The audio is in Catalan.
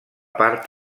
part